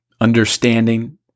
understanding